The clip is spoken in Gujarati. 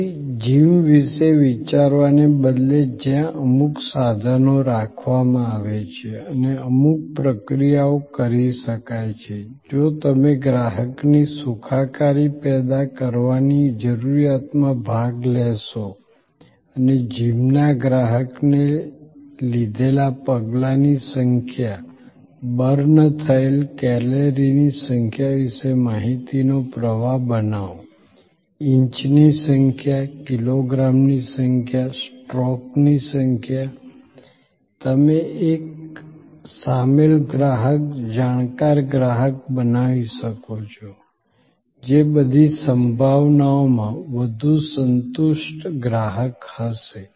તેથી જિમ વિશે વિચારવાને બદલે જ્યાં અમુક સાધનો રાખવામાં આવે છે અને અમુક પ્રક્રિયાઓ કરી શકાય છે જો તમે ગ્રાહકની સુખાકારી પેદા કરવાની જરૂરિયાતમાં ભાગ લેશો અને જિમના ગ્રાહકને લીધેલા પગલાંની સંખ્યા બર્ન થયેલી કેલરીની સંખ્યા વિશે માહિતીનો પ્રવાહ બનાવો ઇંચની સંખ્યા કિલોગ્રામની સંખ્યા સ્ટ્રોકની સંખ્યા તમે એક સામેલ ગ્રાહક જાણકાર ગ્રાહક બનાવી શકો છો જે બધી સંભાવનાઓમાં વધુ સંતુષ્ટ ગ્રાહક હશે